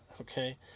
okay